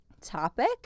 topic